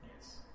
Yes